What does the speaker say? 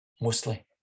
mostly